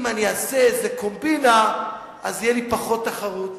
אם אני אעשה איזו קומבינה, תהיה לי פחות תחרות.